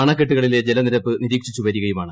അണക്കെട്ടുകളിലെ ജലനിരപ്പ് നിരീക്ഷിച്ചുവരികയാണ്